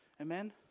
Amen